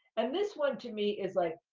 and this one, to me, is like,